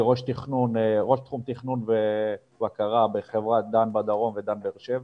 אני ראש תחום תכנון ובקרה בחברת דן בדרום ודן באר שבע,